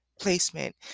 placement